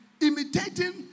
imitating